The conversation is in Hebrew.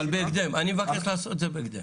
אבל בהקדם, אני מבקש לעשות את זה בהקדם.